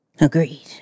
agreed